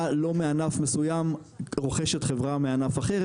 לא מענף מסוים רוכשת חברה מענף אחר,